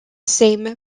same